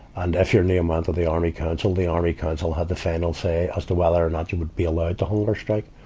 and if your name went to the army council, the army council had the final say as to whether or not you would be allowed to hunger strike.